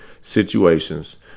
situations